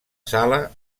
sala